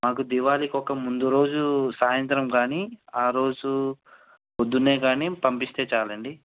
మాకు దివాళికి ఒక ముందు రోజు సాయంత్రం కానీ ఆ రోజు పోద్దున్నే కానీ పంపిస్తే చాలండి